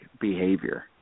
behavior